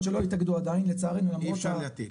שלא התאגדו עדיין, עליהן אי אפשר להטיל.